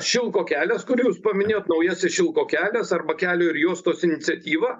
šilko kelias kur jūs paminėjot naujasis šilko kelias arba kelio ir juotos iniciatyva